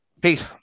Pete